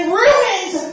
ruined